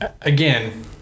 Again